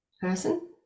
person